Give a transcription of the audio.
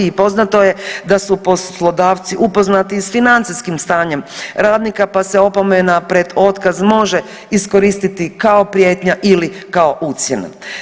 I poznato je da su poslodavci upoznati sa financijskim stanjem radnika, pa se opomena pred otkaz može iskoristiti kao prijetnja ili kao ucjena.